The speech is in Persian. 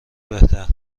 بهتر